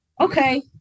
okay